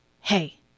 hey